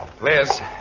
Liz